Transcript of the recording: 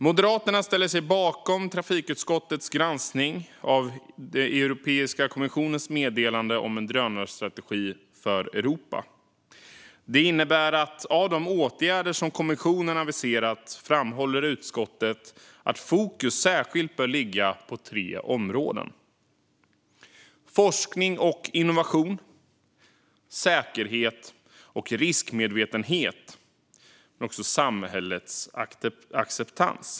Moderaterna ställer sig bakom trafikutskottets granskning av Europeiska kommissionens meddelande om en drönarstrategi för Europa. Av de åtgärder som kommissionen aviserat framhåller utskottet att fokus särskilt bör ligga på tre områden: forskning och innovation, säkerhet och riskmedvetenhet samt samhällets acceptans.